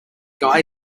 guy